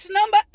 number